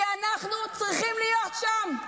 כי אנחנו צריכים להיות שם,